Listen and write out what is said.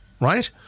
right